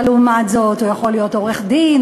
הוא יכול להיות עורך-דין,